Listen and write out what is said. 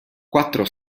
quattro